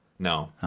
No